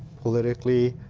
politically,